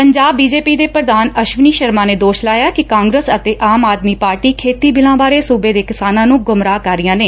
Punjab BJP ਦੇ ਪ੍ਰਧਾਨ ਅਸ਼ਵਨੀ ਸ਼ਰਮਾ ਨੇ ਦੋਸ਼ ਲਾਇਐ ਕਿ ਕਾਂਗਰਸ ਅਤੇ ਆਮ ਆਦਮੀ ਪਾਰਟੀ ਖੇਤੀ ਬਿੱਲਾਂ ਬਾਰੇ ਸੂਬੇ ਦੇ ਕਿਸਾਨਾਂ ਨੂੰ ਗੁੰਮਰਾਹ ਕਰ ਰਹੀਆਂ ਨੇ